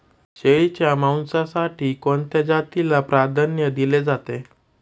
शेळीच्या मांसासाठी कोणत्या जातीला प्राधान्य दिले जाते?